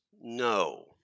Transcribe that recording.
No